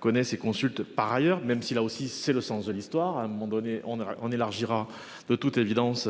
connaissent et consulte. Par ailleurs, même si là aussi c'est le sens de l'histoire, à un moment donné on aura on élargira de toute évidence.